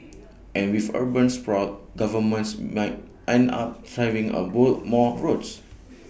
and with urban sprawl governments might end up having A build more roads